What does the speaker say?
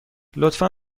لطفا